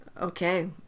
okay